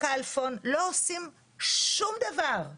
מספיק לנו שהוא עבריין בנייה,